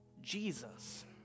jesus